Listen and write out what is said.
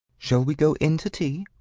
shall we go in to tea?